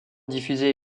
diffusé